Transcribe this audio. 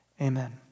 Amen